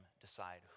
decide